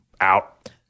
Out